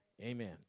Amen